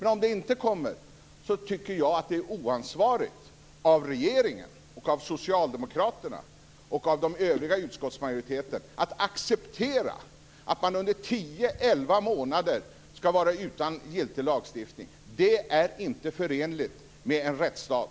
Men om det inte kommer något är det oansvarigt av regeringen, av socialdemokraterna och av de övriga i utskottsmajoriteten att acceptera att man under tio elva månader skall vara utan giltig lagstiftning. Det är inte förenligt med en rättsstat.